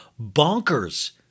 bonkers